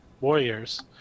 warriors